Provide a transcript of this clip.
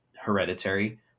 hereditary